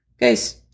Guys